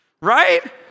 Right